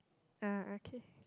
uh okay